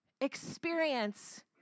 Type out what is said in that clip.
experience